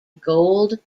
gold